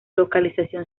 localización